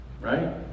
right